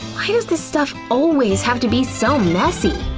why does this stuff always have to be so messy?